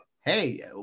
hey